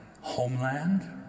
homeland